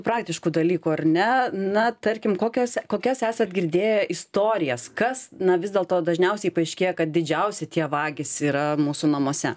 praktiškų dalykų ar ne na tarkim kokios kokias esat girdėję istorijas kas na vis dėlto dažniausiai paaiškėja kad didžiausi tie vagys yra mūsų namuose